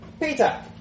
Peter